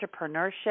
Entrepreneurship